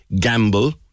gamble